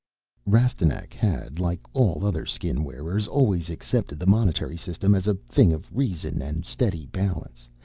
rastignac had, like all other skin-wearers, always accepted the monetary system as a thing of reason and steady balance.